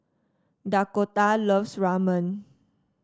Dakotah loves Ramen